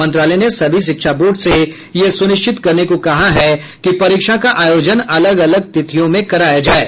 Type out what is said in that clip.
मंत्रालय ने सभी शिक्षा बोर्ड से यह सुनिश्चित करने को कहा है कि परीक्षा का आयोजन अलग अलग तिथियों में कराया जाये